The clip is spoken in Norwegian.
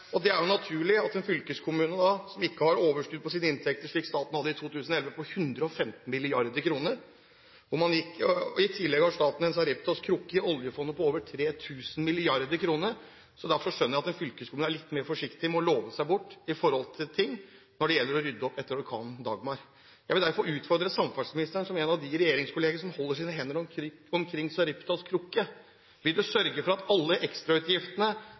Det er jo naturlig at en fylkeskommune som ikke har overskudd på sine inntekter, slik staten hadde i 2011 på 115 mrd. kr – og i tillegg har staten en Sareptas krukke i oljefondet på over 3 000 mrd kr – er litt mer forsiktig med å love seg bort når det gjelder å rydde opp etter orkanen Dagmar. Jeg vil derfor utfordre samferdselsministeren – som en av dem i regjeringskollegiet som holder sine hender rundt Sareptas krukke: Vil statsråden sørge for at alle ekstrautgiftene